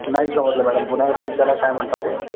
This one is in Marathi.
नाही समजलं मॅडम पुन्हा एकदा विचारा काय म्हणता ते